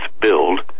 build